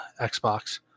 Xbox